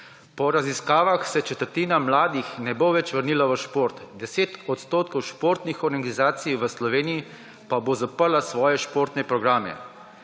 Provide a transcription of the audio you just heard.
»Po raziskavah se četrtina mladih ne bo več vrnila v šport, 10 odstotkov športnih organizacij v Sloveniji pa bo zaprlo svoje športne programe.